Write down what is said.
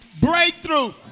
Breakthrough